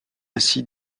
ainsi